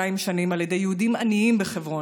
שנים על ידי יהודים עניים בחברון,